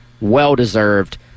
well-deserved